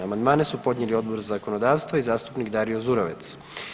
Amandmane su podnijeli Odbor za zakonodavstvo i zastupnik Dario Zurovec.